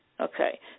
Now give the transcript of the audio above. Okay